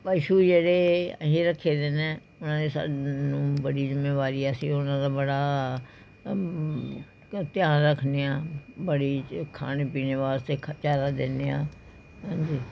ਪਸ਼ੂ ਜਿਹੜੇ ਅਸੀਂ ਰੱਖੇ ਦੇ ਨੇ ਉਨ੍ਹਾਂ ਦੀ ਸਾਨੂੰ ਬੜੀ ਜਿੰਮੇਵਾਰੀ ਹੈ ਅਸੀਂ ਉਨ੍ਹਾਂ ਦਾ ਬੜਾ ਧ ਧਿਆਨ ਰੱਖਦੇ ਹਾਂ ਬੜੀ ਖਾਣੇ ਪੀਣੇ ਵਾਸਤੇ ਖਰਚਾ ਲਾ ਦਿੰਦੇ ਹਾਂ ਹੈਂਜੀ